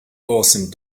awesome